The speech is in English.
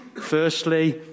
Firstly